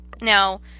Now